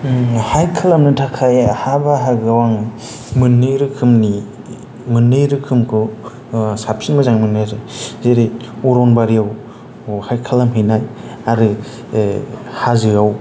हाइक खालामनो थाखाय हा बाहागोआव आं मोननै रोखोमनि मोननै रोखोमखौ साबसिन मोजां मोनो जेरै अरन बारियाव हाइक खालामहैनाय आरो हाजोआव